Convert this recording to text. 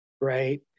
right